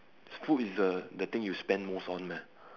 food is the the thing you spend most on meh